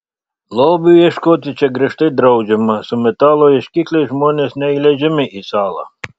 lobių ieškoti čia griežtai draudžiama su metalo ieškikliais žmonės neįleidžiami į salą